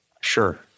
Sure